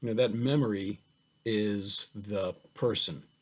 that memory is the person